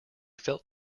felt